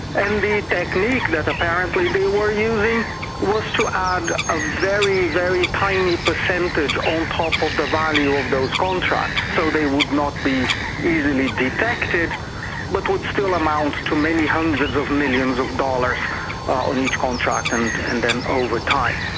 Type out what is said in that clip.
and the technique that apparently they were using was to add a very, very tiny percentage on top of the value of those contracts so they would not be easily detected but would still amount to many hundreds of millions of dollars on each contract and and then over time.